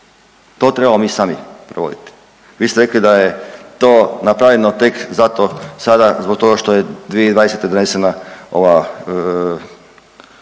To trebamo mi sami provoditi. Vi ste rekli da je to napravljeno tek zato sada zbog toga što je 2020. donesena uredba